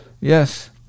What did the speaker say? Yes